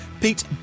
Pete